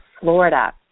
Florida